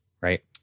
right